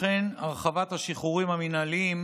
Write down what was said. וכן הרחבת השחרורים המינהליים,